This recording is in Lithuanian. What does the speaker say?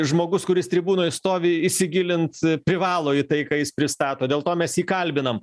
žmogus kuris tribūnoj stovi įsigilint privalo į tai ką jis pristato dėl to mes jį kalbinam